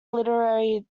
literary